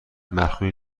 مخروطی